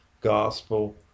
gospel